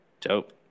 Dope